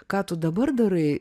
ką tu dabar darai